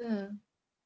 ya